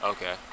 Okay